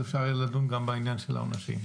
אפשר יהיה לדון גם בעניין של העונשים.